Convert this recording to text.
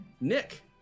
Nick